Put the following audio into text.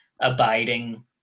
abiding